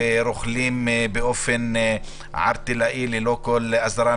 ורוכלים באופן ערטילאי ללא כל אזהרה.